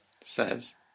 Says